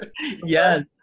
Yes